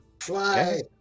fly